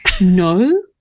No